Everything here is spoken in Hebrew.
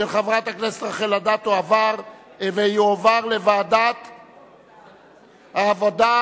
לדיון מוקדם בוועדת העבודה,